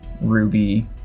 Ruby